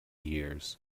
years